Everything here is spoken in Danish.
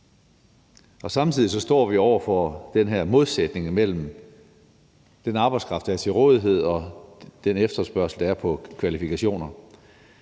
Samtidig står vi over for den her modsætning imellem den arbejdskraft, der er til rådighed, og den efterspørgsel, der er på kvalifikationer.